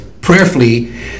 prayerfully